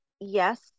yes